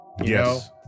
Yes